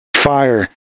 fire